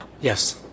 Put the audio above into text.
Yes